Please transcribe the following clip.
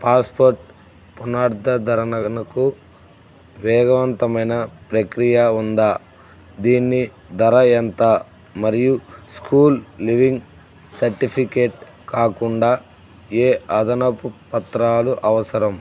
passport పునరుద్ధరణకు వేగవంతమైన ప్రక్రియ ఉందా దీని ధర ఎంత మరియు స్కూల్ లీవింగ్ సర్టిఫికేట్ కాకుండా ఏ అదనపు పత్రాలు అవసరం